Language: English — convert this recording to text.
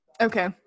Okay